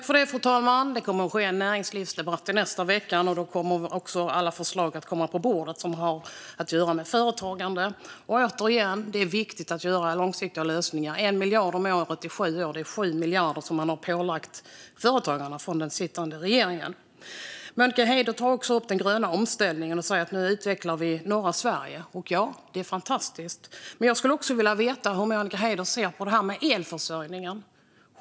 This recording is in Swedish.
Fru talman! Det kommer att hållas en näringslivsdebatt i nästa vecka, och då kommer alla förslag som har att göra med företagande att komma på bordet. Återigen: Det är viktigt att göra långsiktiga lösningar. 1 miljard om året i sju år blir 7 miljarder som den sittande regeringen har pålagt företagarna. Monica Haider tog upp den gröna omställningen och säger att vi nu utvecklar norra Sverige. Ja, det är fantastiskt, men jag skulle vilja veta hur Monica Haider ser på elförsörjningen.